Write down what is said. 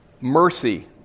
Mercy